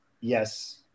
yes